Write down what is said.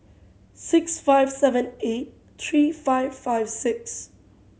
six five seven eight three five five six